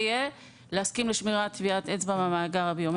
להסכים לשמירת טביעת אצבע במאגר הביומטרי.